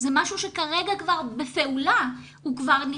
זה משהו שכרגע הוא כבר בפעולה,